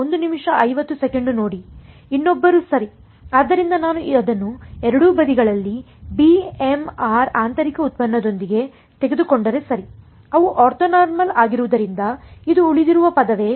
ಇನ್ನೊಬ್ಬರು ಸರಿ ಆದ್ದರಿಂದ ನಾನು ಅದನ್ನು ಎರಡೂ ಬದಿಗಳಲ್ಲಿ b m r ಆಂತರಿಕ ಉತ್ಪನ್ನದೊಂದಿಗೆ ತೆಗೆದುಕೊಂಡರೆ ಸರಿ ಅವು ಆರ್ಥೊನಾರ್ಮಲ್ ಆಗಿರುವುದರಿಂದ ಇದು ಉಳಿದಿರುವ ಪದವೇ